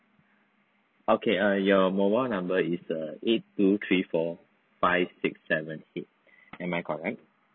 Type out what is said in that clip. okay err your mobile number is err eight two three four five six seven eight am I correct